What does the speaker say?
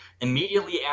immediately